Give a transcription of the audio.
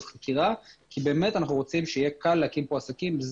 חקירה כי באמת אנחנו רוצים שיהיה קל להקים כאן עסקים.